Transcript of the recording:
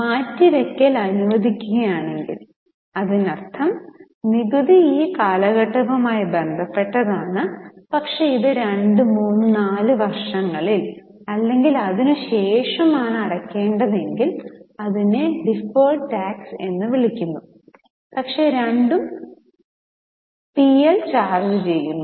മാറ്റിവയ്ക്കൽ അനുവദിക്കുകയാണെങ്കിൽ അതിനർത്ഥം നികുതി ഈ കാലഘട്ടവുമായി ബന്ധപ്പെട്ടതാണ് പക്ഷേ ഇത് 2 3 4 വർഷങ്ങളിൽ അല്ലെങ്കിൽ അതിനുശേഷമാണ് അടയ്ക്കേണ്ടത് അതിനെ ഡിഫേർഡ് റ്റാക്സ് എന്ന് വിളിക്കുന്നു പക്ഷേ രണ്ടും പി എൽ ചാർജ് ചെയ്യുന്നു